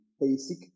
basic